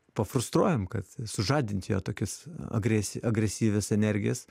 pafrustruojam kad sužadint jokius agresi agresyvias energijas